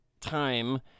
time